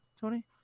tony